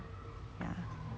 ya